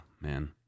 man